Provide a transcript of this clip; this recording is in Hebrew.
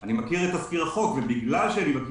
אני מכיר את תזכיר החוק, ולכן אני יודע